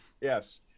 Yes